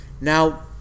Now